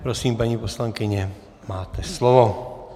Prosím, paní poslankyně, máte slovo.